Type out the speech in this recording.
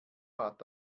hat